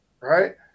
right